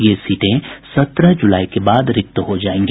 ये सीटें सत्रह जुलाई के बाद रिक्त हो जायेंगी